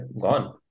gone